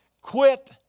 Quit